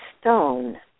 stone